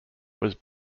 was